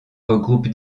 regroupe